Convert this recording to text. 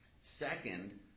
Second